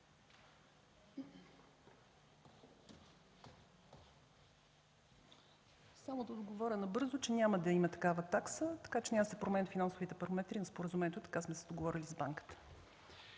Само да отговоря набързо, че няма да има такава такса, така че няма да се променят финансовите параметри на споразуменията, така сме се договорили с банката.